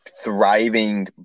thriving